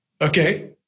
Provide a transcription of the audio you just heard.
Okay